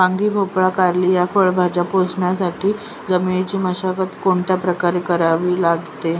वांगी, भोपळा, कारली या फळभाज्या पोसण्यासाठी जमिनीची मशागत कोणत्या प्रकारे करावी लागेल?